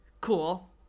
Cool